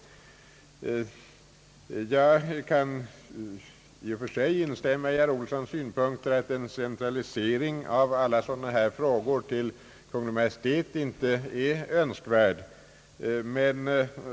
Jag kan i och för sig instämma i herr Ohlssons synpunkter att en centralisering av sådana här frågor till Kungl. Maj:t inte är önskvärd.